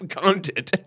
content